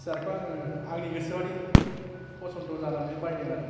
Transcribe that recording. सियारखौ आङो आंनि गोसोबादि पसन्द' जानानै बायदों आरो